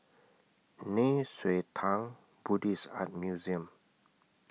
Nei Xue Tang Buddhist Art Museum